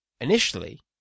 initially